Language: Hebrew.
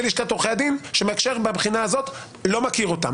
לשכת עורכי הדין שמהבחינה הזאת לא מכיר אותם,